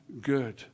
good